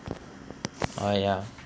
uh ya